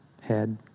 head